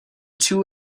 two